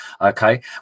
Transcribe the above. Okay